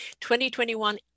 2021